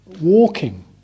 Walking